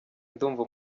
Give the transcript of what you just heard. ndumva